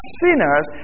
sinners